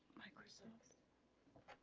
my crystals